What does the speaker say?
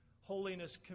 Holiness